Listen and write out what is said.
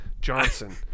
Johnson